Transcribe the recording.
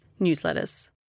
newsletters